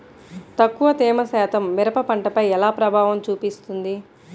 తక్కువ తేమ శాతం మిరప పంటపై ఎలా ప్రభావం చూపిస్తుంది?